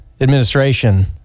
administration